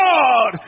God